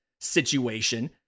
situation